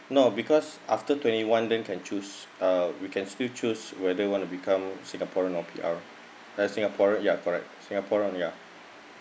no because after twenty one then can choose uh we can still choose whether wanna become singaporean or P_R eh singaporean ya correct singaporean ya